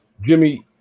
Jimmy